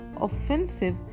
offensive